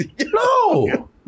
No